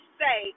say